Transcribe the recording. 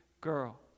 girl